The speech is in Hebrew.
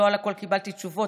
לא על הכול קיבלתי תשובות,